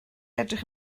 edrych